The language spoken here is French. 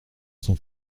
son